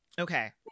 Okay